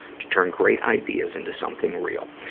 to turn great ideas into something real.